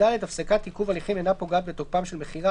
(ד)הפסקת עיכוב הליכים אינה פוגעת בתוקפם של מכירה,